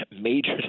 major